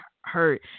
hurt